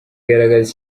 igaragaza